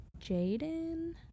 Jaden